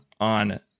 on